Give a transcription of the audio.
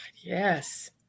Yes